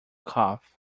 cough